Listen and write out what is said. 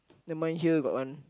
then mine here got one